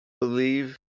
believe